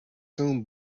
soon